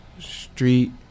Street